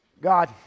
God